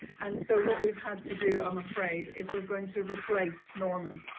and so what we've had to do, i'm afraid, is we're going to replace norman.